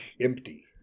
empty